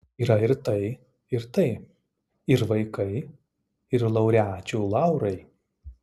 yra ir tai ir tai ir vaikai ir laureačių laurai